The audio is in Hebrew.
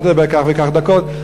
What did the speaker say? אתה תדבר כך וכך דקות.